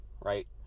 right